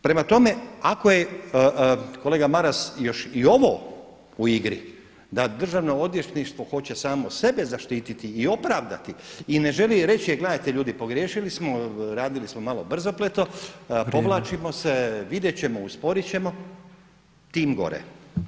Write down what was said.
Prema tome, ako je kolega Maras još i ovo u igri da Državno odvjetništvo hoće samo sebe zaštititi i opravdati i ne želi reći e gledajte ljudi, pogriješili smo, radili smo malo brzopleto, povlačimo se [[Upadica predsjednik: Vrijeme.]] vidjet ćemo usporit ćemo tim gore.